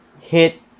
hit